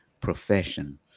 profession